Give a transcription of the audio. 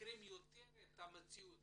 מכירים את המציאות